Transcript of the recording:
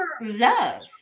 love